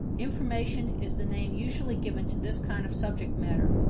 information is the name usually given to this kind of subject matter.